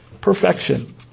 perfection